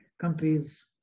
countries